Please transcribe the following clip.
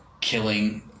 killing